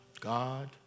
God